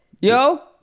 yo